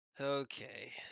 Okay